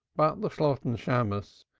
but the shalotten shammos,